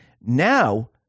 Now